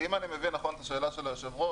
אם אני מבין נכון את השאלה של היושב-ראש,